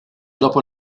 dopo